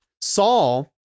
Saul